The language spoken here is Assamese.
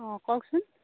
অঁ কওকচোন